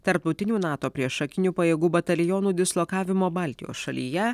tarptautinių nato priešakinių pajėgų batalionų dislokavimo baltijos šalyje